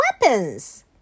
weapons